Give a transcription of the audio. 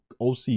OC